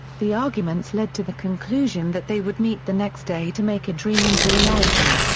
the arguments led to the conclusion that they would meet the next day to make a dream into reality.